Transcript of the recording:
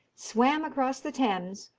swam across the thames,